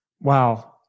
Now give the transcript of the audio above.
Wow